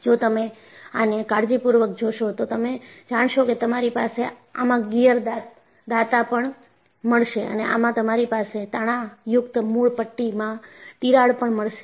જો તમે આને કાળજીપૂર્વક જોશો તો તમે જાણોશો કે તમારી પાસે આમાં ગિયર દાતા પણ મળશે અને આમાં તમારી પાસે તાણાયુક્ત મૂળ પટ્ટીમાં તિરાડ પણ મળશે